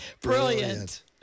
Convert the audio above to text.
brilliant